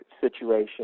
situation